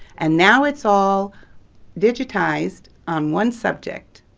and now it's all digitized on one subject,